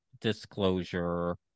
disclosure